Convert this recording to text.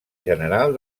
general